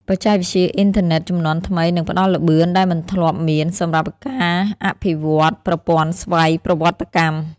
បច្ចេកវិទ្យាអ៊ីនធឺណិតជំនាន់ថ្មីនឹងផ្ដល់ល្បឿនដែលមិនធ្លាប់មាន សម្រាប់ការអភិវឌ្ឍប្រព័ន្ធស្វ័យប្រវត្តិកម្ម។